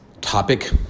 topic